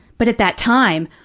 but at that time,